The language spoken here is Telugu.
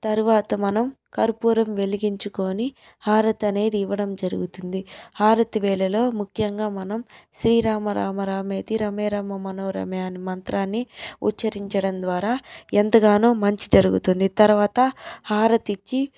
తరువాత మనం కర్పూరం వెలిగించుకుని హారతనేది ఇవ్వడం జరుగుతుంది హారతి వేలలో ముఖ్యంగా మనం శ్రీ రామ రామ రామేతి రమే రమ మనోరమే అనే మంత్రాన్ని ఉచ్చరించడం ద్వారా ఎంతగానో మంచి జరుగుతుంది తరువాత హారతిచ్చి